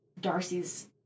Darcy's